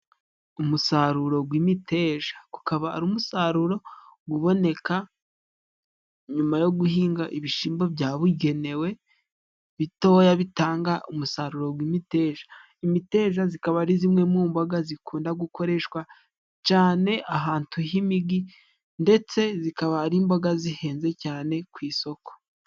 Umusaruro gw'imiteja gukaba ari umusaruro guboneka nyuma yo guhinga ibishimbo byabugenewe bitoya bitanga umusaruro gw'imiteja. Imiteja zikaba ari zimwe mu mboga zikunda gukoreshwa cane ahantu h'imigi, ndetse zikaba ari imboga zihenze cyane ku isoko.